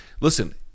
listen